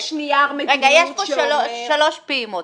יש כאן שלוש פעימות.